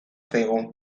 zaigu